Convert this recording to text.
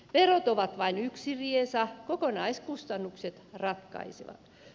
verot ovat vain yksi riesa kokonaiskustannukset ratkaisevat